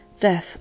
death